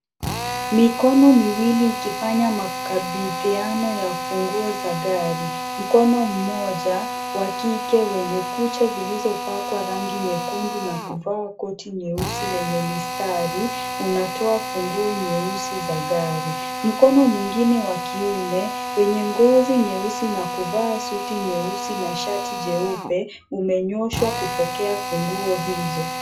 Mikono miwili ikifanya makabidhiano ya funguo za gari. Mkono mmoja wenye kucha zilizopakwa rangi nyekundu na kuvaa koti nyeusi lenye mistari unatoa funguo nyeusi za gari . Mkono mwengine wa kiume wenye ngozi nyeusi na kuvaa suti nyeusi na shati jeupe umenyooshwa kupokea funguo hizo.